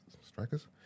Strikers